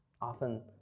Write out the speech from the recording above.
often